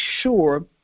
sure